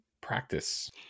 practice